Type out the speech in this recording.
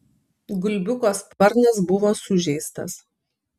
gulbiuko sparnas buvo sužeistas